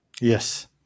Yes